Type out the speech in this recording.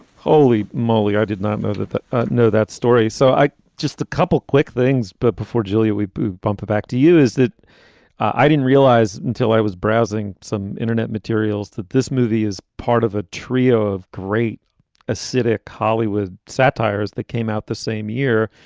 holy moly. i did not know that but know that story. so i just a couple quick things, but before julia, we pump it back to you is that i didn't realize until i was browsing some internet materials that this movie is part of a trio of great acidic hollywood satires that came out the same year.